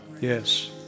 Yes